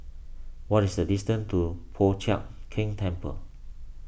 what is the distance to Po Chiak Keng Temple